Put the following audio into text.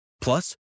Plus